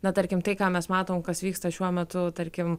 na tarkim tai ką mes matom kas vyksta šiuo metu tarkim